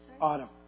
Autumn